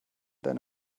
deine